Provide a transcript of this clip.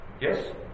Yes